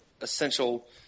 essential